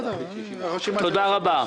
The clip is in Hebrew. תודה רבה.